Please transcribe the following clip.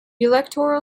electoral